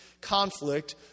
conflict